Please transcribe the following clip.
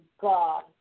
God